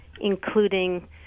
including